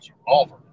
revolver